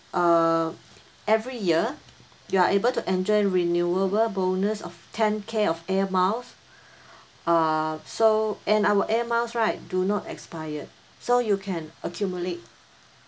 err every year you are able to enjoy renewable bonus of ten care of air miles err so and our air miles right do not expired so you can accumulate